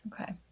Okay